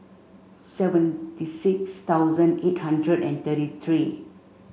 seventy six thousand eight hundred and thirty three